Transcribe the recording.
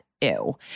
Ew